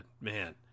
man